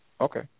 Okay